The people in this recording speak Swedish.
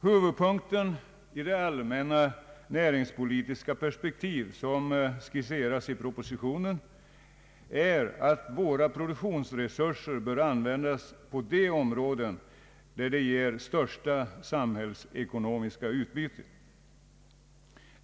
Huvudpunkten i det allmänna näringspolitiska perspektiv som skisseras i propositionen är att våra produktionsresurser bör användas på de områden där de ger det största samhällsekonomiska utbytet.